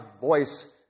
voice